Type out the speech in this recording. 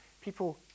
People